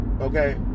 okay